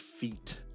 feet